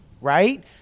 Right